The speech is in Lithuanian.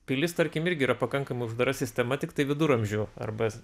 pilis tarkim irgi yra pakankamai uždara sistema tiktai viduramžių arba